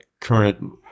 current